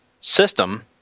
system